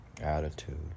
attitude